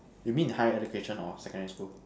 you mean higher education or secondary school